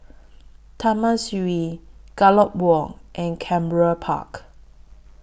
Taman Sireh Gallop Walk and Canberra Park